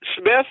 Smith